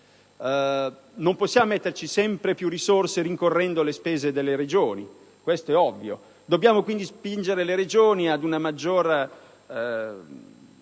non possiamo prevedere sempre più risorse rincorrendo le spese delle Regioni, questo è ovvio; dobbiamo quindi spingere le Regioni ad un maggiore